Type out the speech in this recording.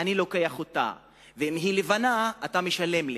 אני לוקח אותו, ואם הוא לבן, אתה משלם לי.